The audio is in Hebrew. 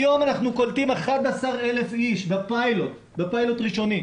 היום אנחנו קולטים 11,000 איש בפיילוט ראשוני.